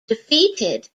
defeated